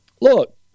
look